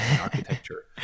architecture